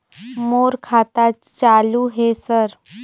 मोर खाता चालु हे सर?